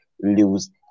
lose